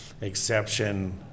exception